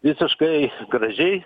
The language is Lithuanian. visiškai gražiai